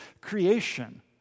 creation